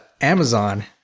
Amazon